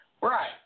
Right